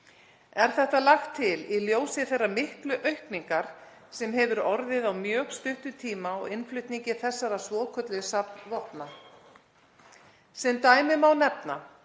Er þetta lagt til í ljósi þeirrar miklu aukningar sem hefur orðið á mjög stuttum tíma á innflutningi þessara svokölluðu safnvopna.